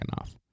enough